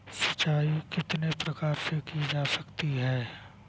सिंचाई कितने प्रकार से की जा सकती है?